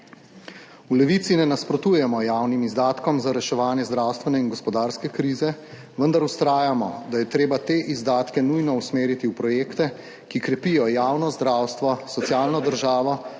V Levici ne nasprotujemo javnim izdatkom za reševanje zdravstvene in gospodarske krize, vendar vztrajamo, da je treba te izdatke nujno usmeriti v projekte, ki krepijo javno zdravstvo, socialno državo,